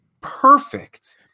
perfect